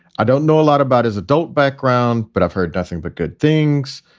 i don't know a lot about his adult background, but i've heard nothing but good things.